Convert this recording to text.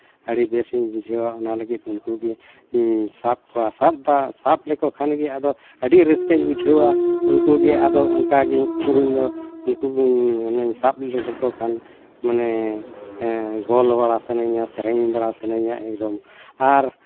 ᱟᱹᱰᱤ ᱵᱮᱥ ᱤᱧ ᱵᱩᱡᱷᱟᱹᱣᱟ ᱚᱱᱟ ᱞᱟᱹᱜᱤᱫ ᱩᱱᱠᱩ ᱜᱮ ᱥᱟᱵ ᱠᱚᱣᱟ ᱥᱟᱵᱫᱟ ᱥᱟᱵ ᱞᱮᱠᱚ ᱠᱷᱟᱱᱜᱮ ᱟᱹᱰᱤ ᱨᱟᱹᱥᱠᱟᱹᱧ ᱵᱩᱡᱷᱟᱹᱣᱟ ᱩᱱᱠᱩ ᱜᱮ ᱟᱫᱚ ᱚᱱᱠᱟᱜᱮ ᱤᱧᱫᱚ ᱩᱱᱠᱩᱧ ᱥᱟᱵ ᱞᱮᱠᱚ ᱠᱷᱟᱱ ᱢᱟᱱᱮ ᱜᱳᱞ ᱵᱟᱲᱟ ᱥᱟᱱᱟᱧᱟ ᱥᱮᱨᱮᱧ ᱵᱟᱲᱟ ᱥᱟᱱᱟᱧᱟ ᱟᱨ